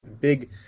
big